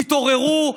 תתעוררו.